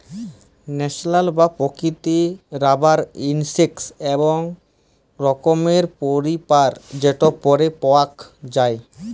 natural বা প্রাকৃতিক rubber হইসেক এক রকমের পলিমার যেটা পেড় পাওয়াক যায়